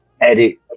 edit